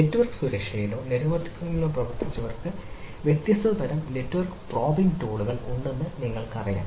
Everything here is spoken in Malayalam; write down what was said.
നെറ്റ്വർക്ക് സുരക്ഷയിലോ നെറ്റ്വർക്കിംഗിലോ പ്രവർത്തിച്ചവർക്ക് വ്യത്യസ്ത തരം നെറ്റ്വർക്ക് പ്രോബിംഗ് ടൂളുകൾ ഉണ്ടെന്ന് നിങ്ങൾക്കറിയാം